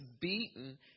beaten